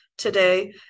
today